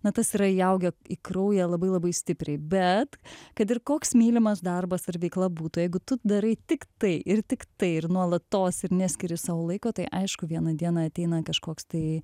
na tas yra įaugę į kraują labai labai stipriai bet kad ir koks mylimas darbas ar veikla būtų jeigu tu darai tik tai ir tik tai ir nuolatos ir neskiri sau laiko tai aišku vieną dieną ateina kažkoks tai